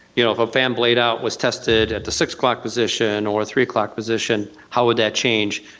you know if a fan blade out was tested at the six o'clock position or three o'clock position, how would that change?